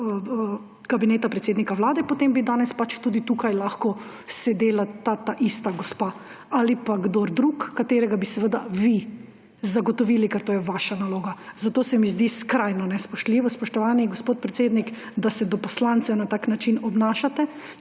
Kabineta predsednika Vlade, potem bi danes tudi tukaj lahko sedela taista gospa. Ali pa kdo drug, katerega bi seveda vi zagotovili, ker to je vaša naloga. Zato se mi zdi skrajno nespoštljivo, spoštovani gospod predsednik, da se do poslancev na tak način obnašate,